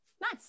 Nice